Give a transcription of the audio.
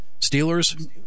Steelers